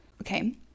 Okay